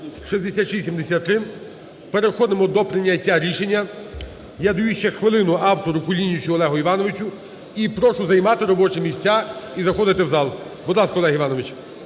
6673. Переходимо до прийняття рішення. Я даю ще хвилину автору – Кулінічу Олегу Івановичу. І прошу займати робочі місця і заходити в зал. Будь ласка, Олег Іванович.